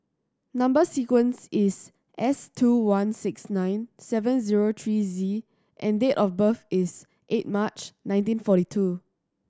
number sequence is S two one six nine seven zero three Z and date of birth is eight March nineteen forty two